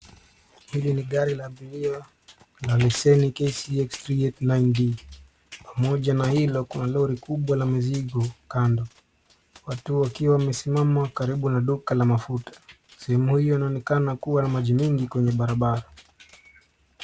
Hili ni gari la abiria la leseni KCX three eight nine B. Pamoja na hilo kuna lori kubwa la mizigo kando. Watu wakiwa wamesimama karibu na duka la mafuta. Sehemu hiyo inaonekana kuwa na maji mingi kwenye barabara.